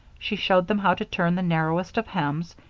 she showed them how to turn the narrowest of hems,